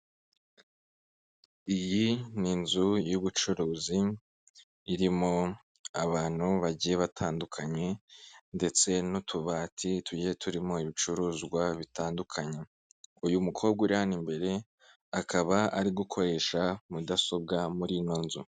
Iyi ni inzu y'ubucuruzi irimo abantu bagiye batandukanye ndetse n'utubati tujye turimo ibicuruzwa bitandukanye. Uyu mukobwa uri hano imbere akaba ari gukoresha mudasobwa muri ino nzu.